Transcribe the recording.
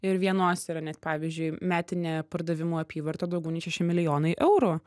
ir vienos yra net pavyzdžiui metinė pardavimų apyvarta daugiau nei šeši milijonai eurų